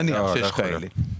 נניח שיש כאלה.